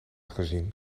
gezien